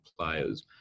players